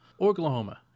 Oklahoma